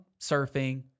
surfing